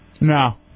No